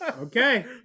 okay